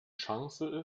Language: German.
chance